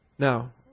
Now